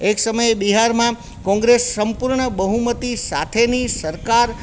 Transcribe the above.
એક સમયે બિહારમાં કોંગ્રેસ સંપૂર્ણ બહુમતી સાથેની સરકાર